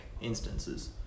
instances